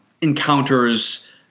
encounters